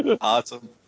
Awesome